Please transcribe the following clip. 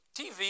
TV